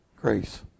grace